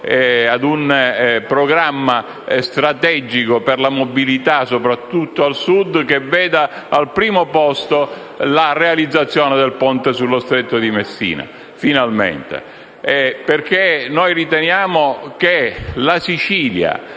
ad un programma strategico per la mobilità, soprattutto al Sud, che veda al primo posto la realizzazione del ponte sullo stretto di Messina finalmente? Noi infatti riteniamo che la Sicilia,